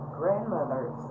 grandmother's